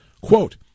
Quote